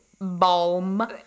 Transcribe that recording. balm